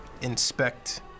Inspect